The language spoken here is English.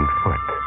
foot